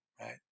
Right